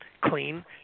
clean